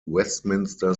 westminster